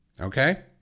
okay